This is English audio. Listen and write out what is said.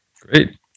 Great